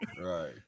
right